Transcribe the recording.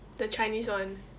the chinese one